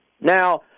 Now